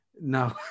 No